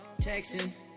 texting